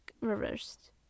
reversed